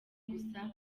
gusa